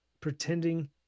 pretending